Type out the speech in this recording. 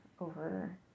over